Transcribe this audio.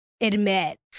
admit